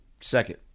second